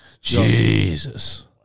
jesus